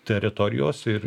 teritorijos ir